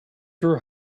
your